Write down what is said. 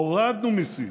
הורדנו מיסים,